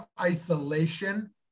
isolation